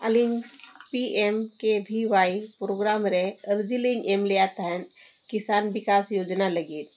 ᱟᱹᱞᱤᱧ ᱨᱮ ᱟᱹᱡᱤᱞᱤᱧ ᱮᱢ ᱞᱮᱫᱟ ᱛᱟᱦᱮᱸᱫ ᱠᱤᱥᱟᱱ ᱵᱤᱠᱟᱥ ᱳᱡᱚᱱᱟ ᱞᱟᱹᱜᱤᱫ